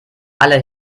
alle